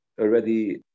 already